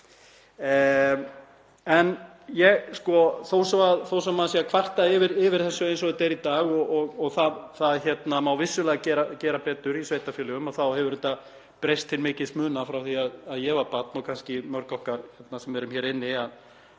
Þó svo að maður sé að kvarta yfir þessu eins og þetta er í dag, og það má vissulega gera betur í sveitarfélögum, þá hefur þetta breyst til mikilla muna frá því að ég var barn og kannski mörg okkar sem erum hér inni.